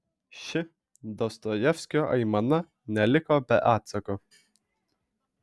ši dostojevskio aimana neliko be atsako